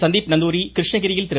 சந்தீப் நந்தூரி கிருஷ்ணகிரியில் திரு